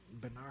Bernard